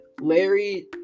Larry